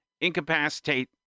incapacitate